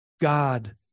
God